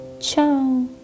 Ciao